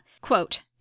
quote